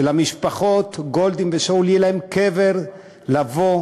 שלמשפחות גולדין ושאול יהיה קבר לבוא